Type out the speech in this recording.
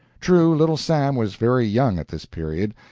true, little sam was very young at this period,